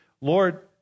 Lord